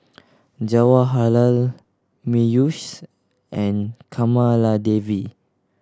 Jawaharlal Peyush and Kamaladevi